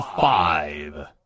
five